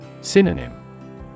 Synonym